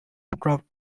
dropped